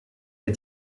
est